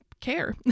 care